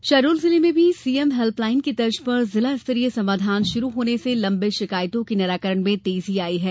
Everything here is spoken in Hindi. समाधान शहडोल जिले में भी सीएम हेल्पलाइन की तर्ज पर जिला स्तरीय समाधान शुरु होने से लंबित शिकायतों के निराकरण में तेजी आई है